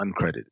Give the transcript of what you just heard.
uncredited